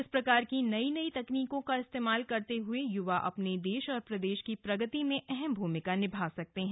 इस प्रकार की नई नई तकनीकों का इस्तेमाल करते हुए युवा अपने देश और प्रदेश की प्रगति में अहम भूमिका निभा सकते हैं